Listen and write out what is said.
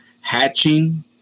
Hatching